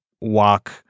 walk